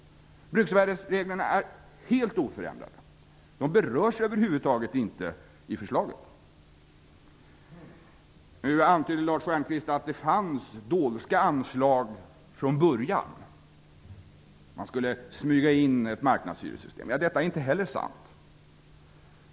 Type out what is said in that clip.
Bruksvärdesreglerna är helt oförändrade. De berörs över huvud taget inte i förslaget. Nu antydde Lars Stjernkvist att det fanns dolska anslag från början. Man skulle smyga in ett marknadshyressystem. Inte heller detta är sant.